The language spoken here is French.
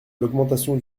l’augmentation